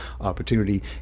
opportunity